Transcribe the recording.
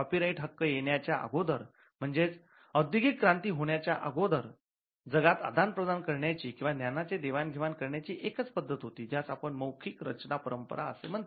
copyright हक्क येण्याच्या अगोदर म्हणजेच औद्योगिक क्रांती होण्याच्या अगोदर जगात आदान प्रदान करण्याची किंवा ज्ञानाचे देवाण घेवाण करण्याची एकच पद्धत होती ज्यास आपण मौखिक रचना परंपरा असे म्हणतो